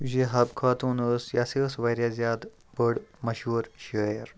یُس یہِ حَب خاتون ٲس یہِ ہسا ٲس واریاہ زیادٕ بٔڑ مشہوٗر شٲعر